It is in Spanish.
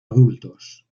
adultos